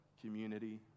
community